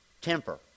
temper